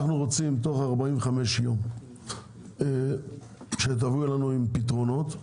אנחנו רוצים תוך 45 יום שתבואו אלינו עם פתרונות.